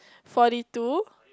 forty two